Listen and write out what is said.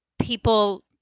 People